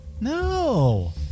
No